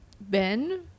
Ben